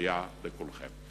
פורייה לכולכם.